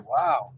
Wow